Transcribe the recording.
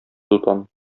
дутан